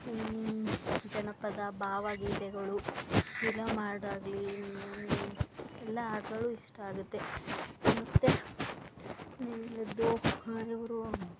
ಜನಪದ ಭಾವಗೀತೆಗಳು ಫಿಲಮ್ ಹಾಡಾಗ್ಲಿ ಎಲ್ಲ ಹಾಡ್ಗಳು ಇಷ್ಟ ಆಗುತ್ತೆ ಮತ್ತು